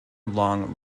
long